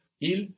Il